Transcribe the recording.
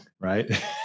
right